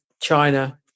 China